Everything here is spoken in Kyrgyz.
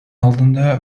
алдында